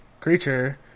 creature